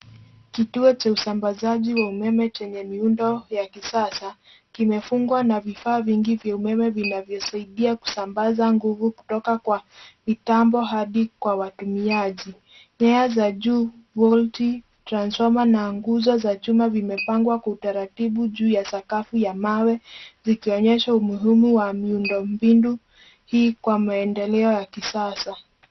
Kituo cha usambazaji wa umeme chenye miundo ya kisasa kimefungwa na vifaa vingi vya umeme vinavyosaidia kusambaza nguvu kutoka kwa mitambo hadi kwa watumiaji. Nyaya za juu, volti , transformer na nguzo za chuma vimepangwa kwa utaratibu juu ya sakafu ya mawe zikionyesha umuhimu wa miundo mbinu hii kwa maendeleo ya kisasa.